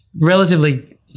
relatively